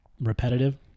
repetitive